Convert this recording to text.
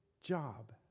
job